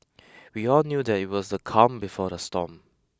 we all knew that it was the calm before the storm